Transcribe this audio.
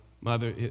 mother